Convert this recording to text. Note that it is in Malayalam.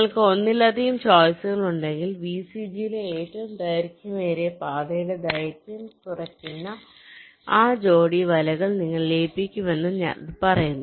നിങ്ങൾക്ക് ഒന്നിലധികം ചോയ്സുകൾ ഉണ്ടെങ്കിൽ VCG യിലെ ഏറ്റവും ദൈർഘ്യമേറിയ പാതയുടെ ദൈർഘ്യം കുറയ്ക്കുന്ന ആ ജോഡി വലകൾ നിങ്ങൾ ലയിപ്പിക്കുമെന്ന് അത് പറയുന്നു